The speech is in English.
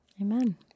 Amen